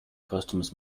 customers